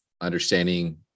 understanding